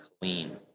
clean